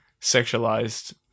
sexualized